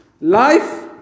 Life